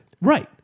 right